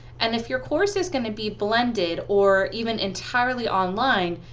and if your course is going to be blended or even entirely online,